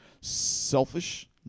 selfish